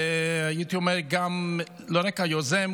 והייתי אומר לא רק היוזם,